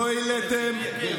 לא העליתם, שקר, שקר.